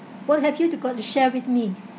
what have you to got to share with me